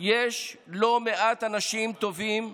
יש לא מעט אנשים טובים,